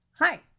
Hi